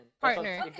partner